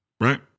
Right